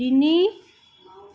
তিনি